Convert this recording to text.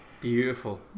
Beautiful